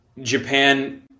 Japan